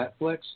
Netflix